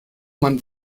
man